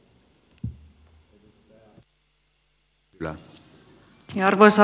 arvoisa puhemies